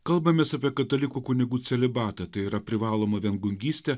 kalbamės apie katalikų kunigų celibatą tai yra privalomą viengungystę